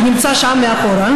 שהוא נמצא שם מאחורה,